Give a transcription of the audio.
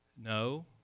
No